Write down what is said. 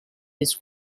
his